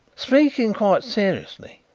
speaking quite seriously,